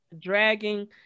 dragging